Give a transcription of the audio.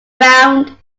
ground